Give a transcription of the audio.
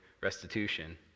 restitution